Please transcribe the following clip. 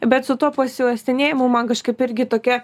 bet su tuo pasiuostinėjimu man kažkaip irgi tokia